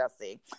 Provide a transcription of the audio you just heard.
Jesse